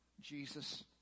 Jesus